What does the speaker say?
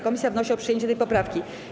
Komisja wnosi o przyjęcie tej poprawki.